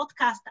podcast